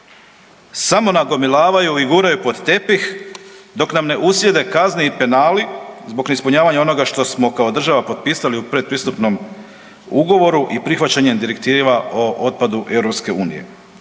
samo nagomilavaju i guraju pod tepih dok nam ne uslijede kazne i penali zbog ne ispunjavanja onoga što smo kao država potpisali u predpristupnom ugovoru i prihvaćanje direktiva o otpadu EU.